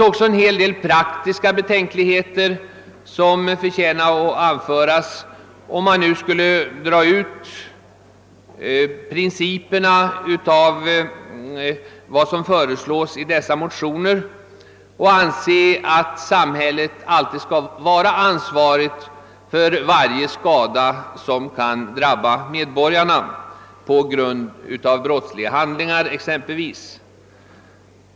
Om man drar ut konsekvenserna av vad som föreslås i dessa motioner och anser samhället ansvarigt för varje skada, som kan drabba medborgarna på grund av brottsliga handlingar, finner man att en hel del praktiska betänkligheter förtjänar anföras.